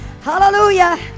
Hallelujah